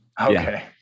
Okay